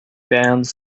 bands